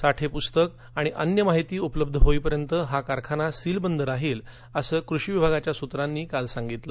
साठे प्रस्तक णि अन्य माहिती उपलब्ध होईपर्यंत हा कारखाना सीलबंद राहील असं कृषीविभागाच्या सुत्रांनी काल सांगितलं